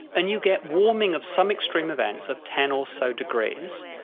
and you get warming of some extreme events of ten or so degrees.